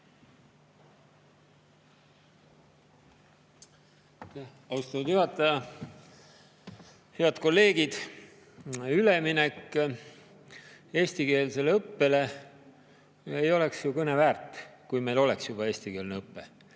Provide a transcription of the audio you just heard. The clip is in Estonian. Austatud juhataja! Head kolleegid! Üleminek eestikeelsele õppele ei oleks ju kõneväärt, kui meil oleks juba eestikeelne õpe.